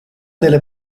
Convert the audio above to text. delle